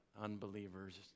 unbelievers